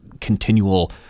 continual